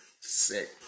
sick